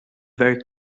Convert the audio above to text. very